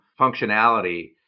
functionality